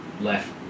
left